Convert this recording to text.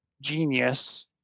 genius